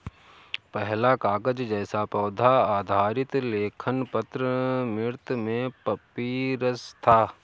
पहला कागज़ जैसा पौधा आधारित लेखन पत्र मिस्र में पपीरस था